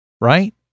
Right